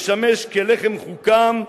משמש כלחם חוקם,